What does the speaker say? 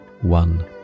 one